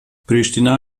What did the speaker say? pristina